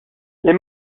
les